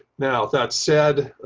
now, that said,